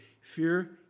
Fear